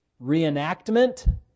reenactment